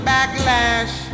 Backlash